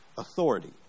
Authority